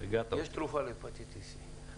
יש תרופה להפטטיסC .